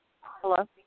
Hello